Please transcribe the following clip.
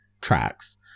tracks